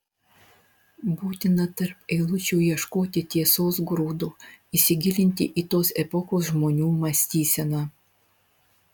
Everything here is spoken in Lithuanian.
būtina tarp eilučių ieškoti tiesos grūdo įsigilinti į tos epochos žmonių mąstyseną